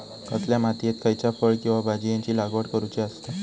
कसल्या मातीयेत खयच्या फळ किंवा भाजीयेंची लागवड करुची असता?